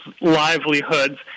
livelihoods